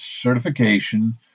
certification